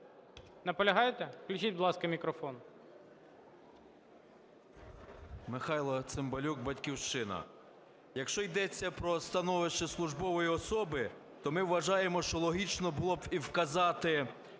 Наполягаєте? Включіть, будь ласка, мікрофон.